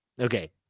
okay